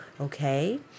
Okay